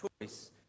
choice